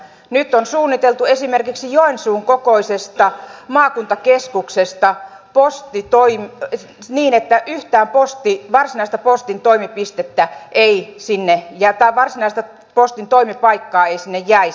nyt on suunniteltu esimerkiksi joensuun kokoisessa maakuntakeskuksessa niin että yhtään varsinaista postin toimipistettä ja varsinaista postin toimipaikkaa ei sinne jäisi